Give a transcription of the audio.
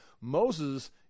Moses